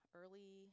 early